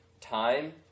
time